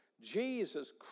Jesus